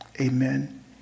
Amen